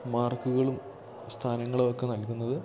മാർക്കുകളും സ്ഥാനങ്ങളുമൊക്കെ നൽകുന്നത്